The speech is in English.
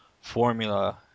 formula